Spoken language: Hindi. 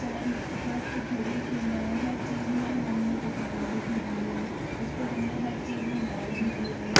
चाहे हाँथ की घड़ी क्यों न हो हर चीज में हमने टेक्नोलॉजी ढूंढ ली है उसको हमने हर चीज में डाल भी दिया है